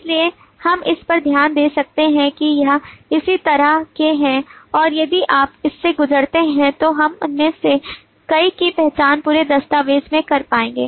इसलिए हम इस पर ध्यान दे सकते हैं कि यह सभी इस तरह के हैं और यदि आप इससे गुजरते हैं तो हम उनमें से कई की पहचान पूरे दस्तावेज में कर पाएंगे